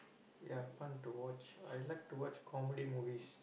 ya fun to watch I like to watch comedy movies